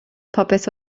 popeth